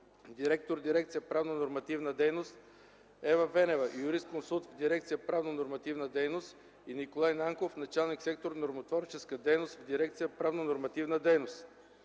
директор дирекция „Правно-нормативна дейност”, Ева Венева, юрисконсулт в дирекция „Правно-нормативна дейност” и Николай Нанков, началник сектор „Нормотворческа дейност” в дирекция „Правно-нормативна дейност”;